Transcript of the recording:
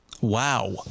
Wow